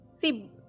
See